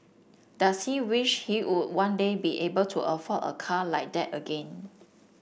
does he wish he would one day be able to afford a car like that again